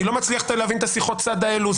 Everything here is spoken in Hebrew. אני לא מצליח להבין את שיחות הצד האלו.